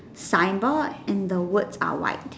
signboard and the words are white